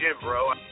bro